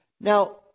Now